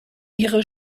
ihre